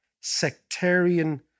sectarian